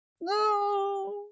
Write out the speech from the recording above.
No